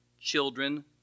Children